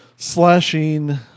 Slashing